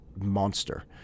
monster